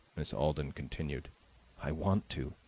miss alden continued i want to,